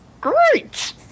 Great